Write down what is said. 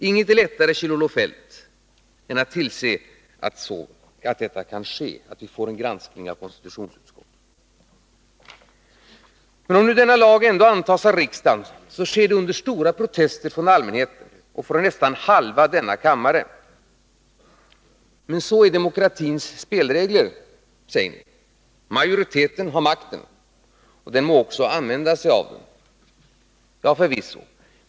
Ingenting är lättare, Kjell-Olof Feldt, än att tillse att vi får denna granskning av konstitutionsutskottet. Om nu denna lag ändå antas av riksdagen, sker det under stora protester från allmänheten och från nästan halva denna kammare. Sådana är demokratins spelregler, säger ni. Majoriteten har makten. Den må också använda sig av den. Ja, förvisso.